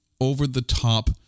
over-the-top